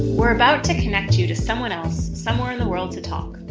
we're about to connect you to someone else somewhere in the world to talk.